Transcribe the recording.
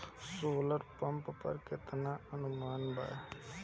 Solar pump पर केतना अनुदान बा?